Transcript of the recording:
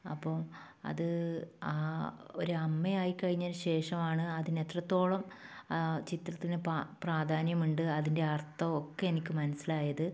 അപ്പോൾ അത് ഒരു അമ്മയായി കഴിഞ്ഞതിന് ശേഷമാണ് അതിനെത്രത്തോളം ചിത്രത്തിന് പ്രാധാന്യമുണ്ട് അതിൻ്റെ അർത്ഥവും ഒക്കെ എനിക്ക് മനസ്സിലായത്